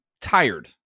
tired